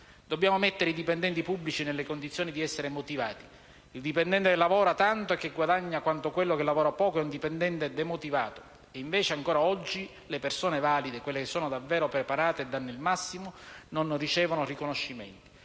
Dobbiamo mettere i dipendenti pubblici nelle condizioni di essere motivati: il dipendente che lavora tanto e che guadagna quanto quello che lavora poco è un dipendente demotivato e invece, ancora oggi, le persone valide, quelle che sono davvero preparate e danno il massimo, non ricevono riconoscimenti.